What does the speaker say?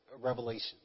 revelation